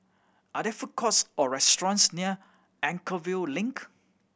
are there food courts or restaurants near Anchorvale Link